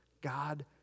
God